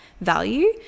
value